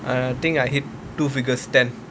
I think I hit two figures ten